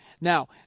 Now